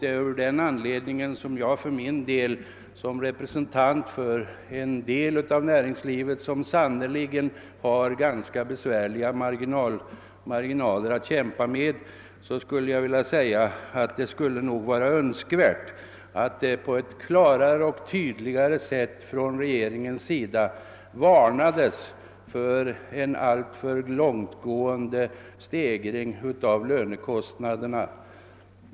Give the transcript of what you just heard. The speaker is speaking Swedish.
Det är av den anledningen som jag för min del som representant för en del av näringslivet, som sannerligen har ganska besvärliga marginaler att kämpa med, skulle vilja säga att det nog skulle vara önskvärt att det från regeringens sida på ett klarare och tydligare sätt varnades för en alltför långtgående stegring av lönekostnaderna.